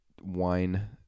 wine